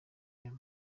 come